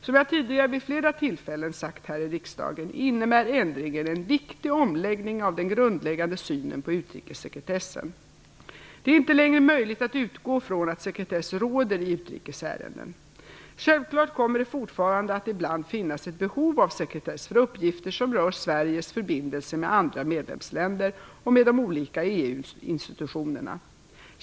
Som jag tidigare vid flera tillfällen sagt här i riksdagen innebär ändringen en viktig omläggning av den grundläggande synen på utrikessekretessen. Det är inte längre möjligt att utgå från att sekretess råder i utrikes ärenden. Självklart kommer det fortfarande att ibland finnas ett behov av sekretess för uppgifter som rör Sveriges förbindelser med andra medlemsländer och med de olika EU-institutionerna.